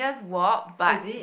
just walk but